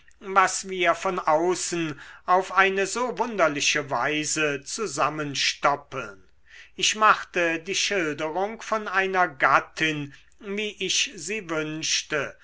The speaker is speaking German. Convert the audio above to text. was wir von außen auf eine so wunderliche weise zusammenstoppeln ich machte die schilderung von einer gattin wie ich sie wünschte